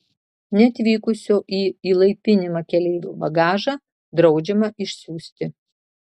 neatvykusio į įlaipinimą keleivio bagažą draudžiama išsiųsti